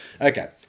Okay